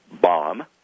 bomb